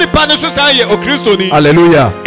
Hallelujah